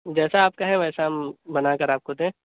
جیسا آپ کہیں ویسا ہم بنا کر آپ کو دیں